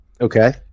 Okay